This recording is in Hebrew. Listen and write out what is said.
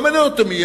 לא מעניין אותי מי,